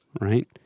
right